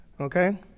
okay